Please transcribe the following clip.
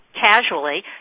casually